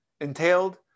entailed